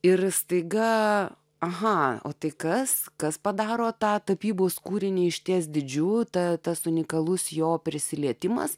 ir staiga aha o tai kas kas padaro tą tapybos kūrinį išties didžiu ta tas unikalus jo prisilietimas